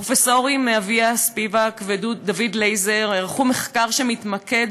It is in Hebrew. הפרופסורים אביה ספיבק ודויד לייזר ערכו מחקר שמתמקד